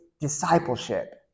discipleship